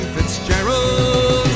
Fitzgerald